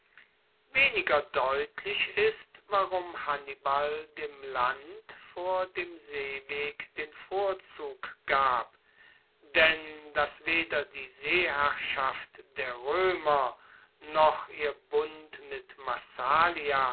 weniger deutlich ist warum hannibal dem land vor dem seeweg den vorzug gab denn dass weder die seeherrschaft der roemer noch ihr bund mit massalia